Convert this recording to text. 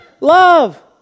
Love